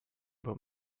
about